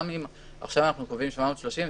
גם אם עכשיו אנחנו קובעים 730 שקלים,